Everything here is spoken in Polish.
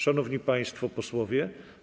Szanowni Państwo Posłowie!